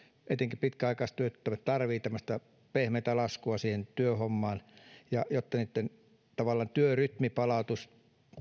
etenkin pitkäaikaistyöttömät tarvitsevat tämmöistä pehmeätä laskua siihen työhommaan jotta tavallaan heidän työrytminsä palautuisi